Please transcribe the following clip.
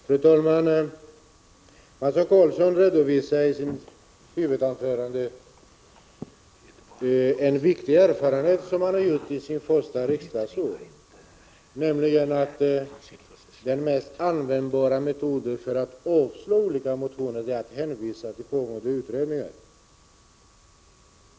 Fru talman! Mats O Karlsson redovisar i sitt huvudanförande en viktig erfarenhet från sitt första riksdagsår, nämligen den att den mest användbara metoden för att avslå motioner är att hänvisa till pågående utredningar.